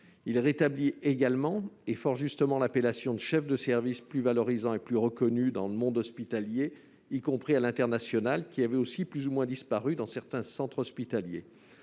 5 rétablit également, et fort justement, l'appellation « chef de service », plus valorisante et plus reconnue dans le monde hospitalier, y compris à l'international, qui avait elle aussi plus ou moins disparu dans certains centres hospitaliers.